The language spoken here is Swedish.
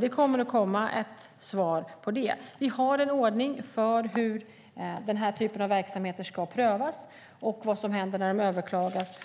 Det kommer att komma ett svar på det. Vi har en ordning för hur den här typen av verksamheter ska prövas och vad som händer när de överklagas.